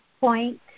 point